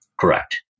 Correct